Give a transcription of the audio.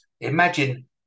Imagine